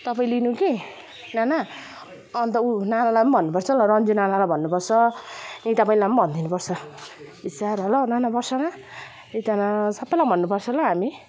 तपाईँ लिनू कि नाना अन्त ऊ नानालाई पनि भन्नुपर्छ रन्जु नानालाई भन्नुपर्छ निता बहिनीलाई पनि भनिदिनुपर्छ बिचरा ल नाना बर्षाना रिता नानालाई सपैलाई भन्नुपर्छ ल हामी